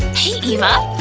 hey eva!